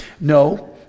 No